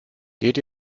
geht